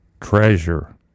treasure